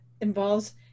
involves